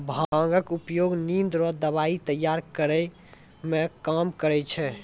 भांगक उपयोग निंद रो दबाइ तैयार करै मे काम करै छै